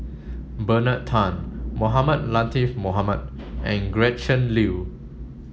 Bernard Tan Mohamed Latiff Mohamed and Gretchen Liu